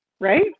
right